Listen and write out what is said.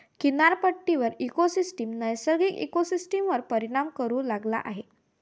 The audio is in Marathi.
किनारपट्टी इकोसिस्टम नैसर्गिक इकोसिस्टमवर परिणाम करू लागला आहे